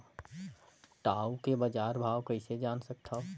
टाऊ के बजार भाव कइसे जान सकथव?